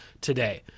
today